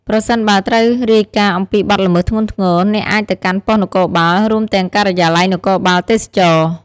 ប្រសិនបើត្រូវរាយការណ៍អំពីបទល្មើសធ្ងន់ធ្ងរ អ្នកអាចទៅកាន់ប៉ុស្តិ៍នគរបាល រួមទាំងការិយាល័យនគរបាលទេសចរណ៍ ។